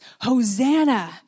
Hosanna